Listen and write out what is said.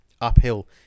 uphill